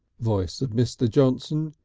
voice of mr. johnson.